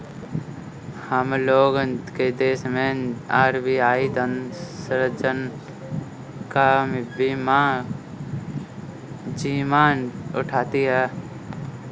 हम लोग के देश मैं आर.बी.आई धन सृजन का जिम्मा उठाती है